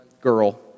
girl